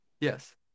Yes